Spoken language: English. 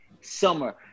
summer